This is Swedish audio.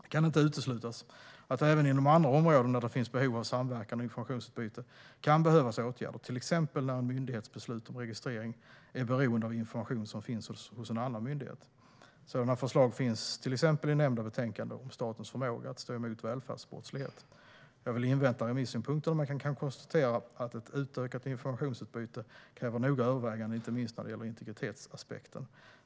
Det kan inte uteslutas att det även inom andra områden där det finns behov av samverkan och informationsutbyte kan behövas åtgärder till exempel när en myndighets beslut om registrering är beroende av information som finns hos en annan myndighet. Sådana förslag finns till exempel i nämnda betänkande om statens förmåga att stå emot välfärdsbrottslighet. Jag vill invänta remissynpunkterna men kan konstatera att ett utökat informationsutbyte kräver noggranna överväganden inte minst när det gäller integritetsaspekten.